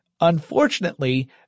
Unfortunately